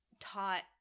taught